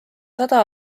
sada